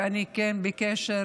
ואני כן בקשר